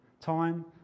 time